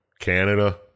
Canada